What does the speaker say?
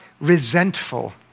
resentful